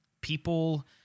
people